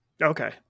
Okay